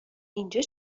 اینجا